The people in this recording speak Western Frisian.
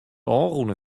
ôfrûne